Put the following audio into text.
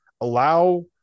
allow